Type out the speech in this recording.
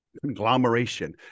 conglomeration